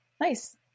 Nice